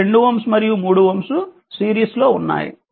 ఈ 2Ω మరియు 3Ω సిరీస్లో ఉన్నాయి